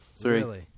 three